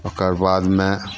ओकर बादमे